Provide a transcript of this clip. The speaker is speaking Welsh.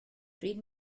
pryd